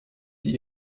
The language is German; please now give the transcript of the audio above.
sie